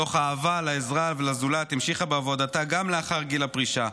מתוך אהבה לעזרה לזולת המשיכה בעבודתה גם לאחר גיל הפרישה,